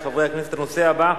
נתקבלה.